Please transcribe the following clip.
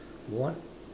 what